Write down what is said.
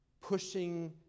pushing